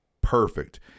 perfect